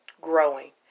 growing